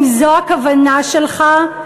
אם זו הכוונה שלך,